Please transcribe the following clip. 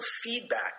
feedback